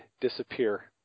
disappear